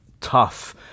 tough